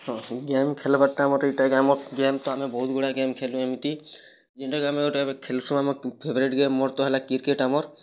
ହଁ ହୁଁ ଗେମ୍ ଖେଲବାର୍ଟା ଆମର୍ ଇଟା ଇକା ଆମର୍ ଗେମ୍ ତ ଆମେ ବହୁତ ଗୁଡ଼ାଏ ଗେମ୍ ଖେଲୁ ଏମିତି ଯେନ୍ଟାକି ଆମେ ଗୋଟେ ଏବେ ଖେଳସୁଁ ଆମ ଫେବରାଇଟ୍ ଗେମ୍ ମୋର୍ ତ ହେଲା କ୍ରିକେଟ୍ ଆମର୍